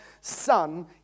Son